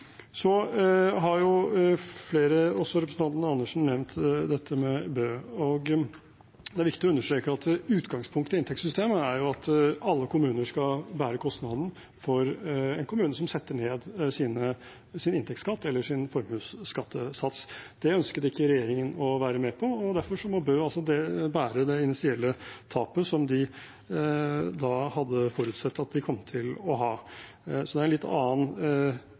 Flere har nevnt, også representanten Andersen, dette med Bø. Det er viktig å understreke at utgangspunktet for inntektssystemet er at alle kommuner skal bære kostnaden for en kommune som setter ned sin inntektsskatt eller sin formuesskattesats. Det ønsket ikke regjeringen å være med på, og derfor må Bø bære det initielle tapet som de hadde forutsett at de kom til å ha. Det er en litt annen